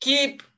Keep